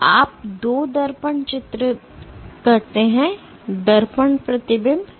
तो आप दो दर्पण चित्र करते हैं दर्पण प्रतिबिंब